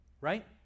right